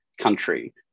country